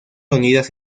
reunidas